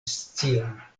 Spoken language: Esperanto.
scion